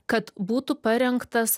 kad būtų parengtas